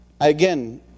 again